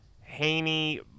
Haney